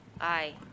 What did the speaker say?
Aye